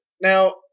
Now